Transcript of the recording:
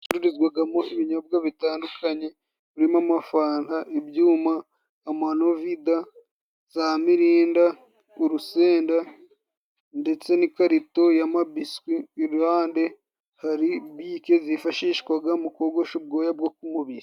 Icururizwagamo ibinyobwa bitandukanye birimo amafanta, ibyuma, amanovida, za mirinda, urusenda ndetse n'ikarito y'amabiswi, iruhande hari bike zifashishwaga mu kogosha ubwoya bwo ku mubiri